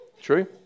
True